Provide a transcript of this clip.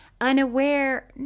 unaware